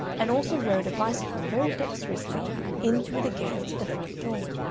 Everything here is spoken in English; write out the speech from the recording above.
and also rode a bicycle very dexterously in through the gates to the front door.